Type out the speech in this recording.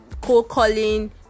co-calling